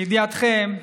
לידיעתכם,